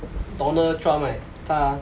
donald trump right 他